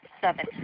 seven